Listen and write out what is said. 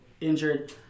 injured